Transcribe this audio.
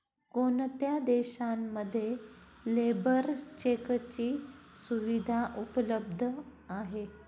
कोणत्या देशांमध्ये लेबर चेकची सुविधा उपलब्ध आहे?